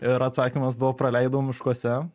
ir atsakymas buvo praleidau miškuose